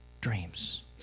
dreams